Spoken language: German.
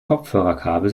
kopfhörerkabel